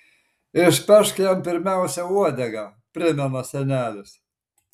išpešk jam pirmiausia uodegą primena senelis